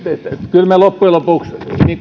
kyllä me loppujen lopuksi